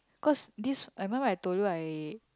cause this I remember I told you I